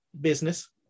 business